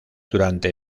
durante